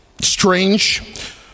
strange